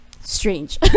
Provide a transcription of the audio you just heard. strange